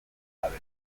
gabe